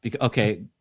Okay